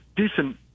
decent